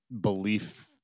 belief